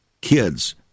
Kids